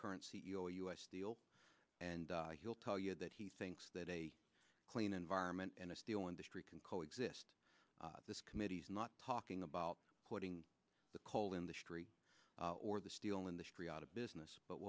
current c e o of us steel and he'll tell you that he thinks that a clean environment and a steel industry can coexist this committee's not talking about putting the coal industry or the steel industry out of business but